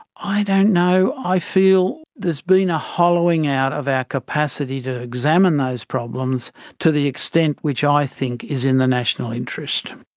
i don't know, i feel there's been a hollowing out of our capacity to examine those problems to the extent which i think is in the national interest.